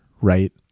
right